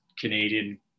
Canadian